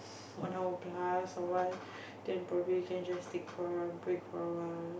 one hour plus a while then probably we can just take for break for a while